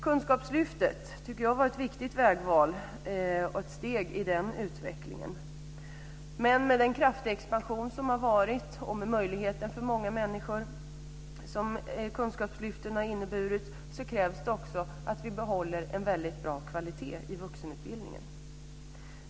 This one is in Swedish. Kunskapslyftet var ett viktigt vägval och ett steg i den utvecklingen. Med den kraftiga expansion som har varit och med de möjligheter för många människor som Kunskapslyftet har inneburit krävs det också att vi behåller en väldigt bra kvalitet i vuxenutbildningen.